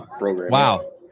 Wow